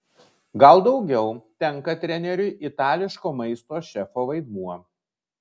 gal daugiau tenka treneriui itališko maisto šefo vaidmuo